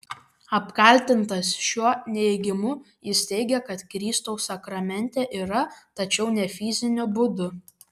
apkaltintas šiuo neigimu jis teigė kad kristus sakramente yra tačiau ne fiziniu būdu